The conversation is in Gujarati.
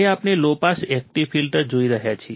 હવે આપણે લો પાસ એક્ટિવ ફિલ્ટર જોઈ રહ્યા છીએ